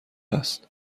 است